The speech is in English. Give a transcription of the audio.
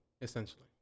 essentially